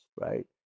right